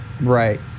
Right